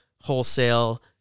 wholesale